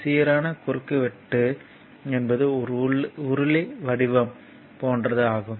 சீரான குறுக்குவெட்டு என்பது ஒரு உருளை வடிவம் போன்றது ஆகும்